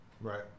Right